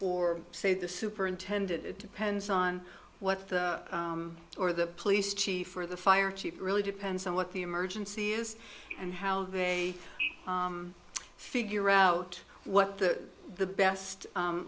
or say the superintendent it depends on what or the police chief for the fire chief really depends on what the emergency is and how they figure out what the the best